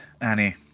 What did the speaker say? Annie